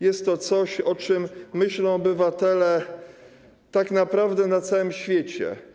Jest to coś, o czym myślą obywatele tak naprawdę na całym świecie.